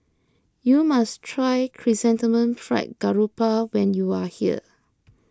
you must try Chrysanthemum Fried Garoupa when you are here